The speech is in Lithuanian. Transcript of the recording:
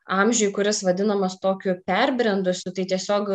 amžiui kuris vadinamas tokiu perbrendusiu tai tiesiog